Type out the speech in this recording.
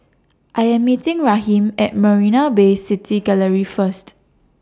I Am meeting Raheem At Marina Bay City Gallery First